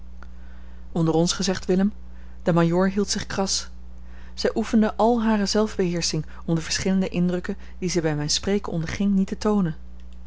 onder ons gezegd willem de majoor hield zich kras zij oefende al hare zelfbeheersching om de verschillende indrukken die zij bij mijn spreken onderging niet te toonen